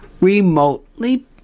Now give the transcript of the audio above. remotely